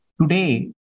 Today